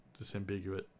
disambiguate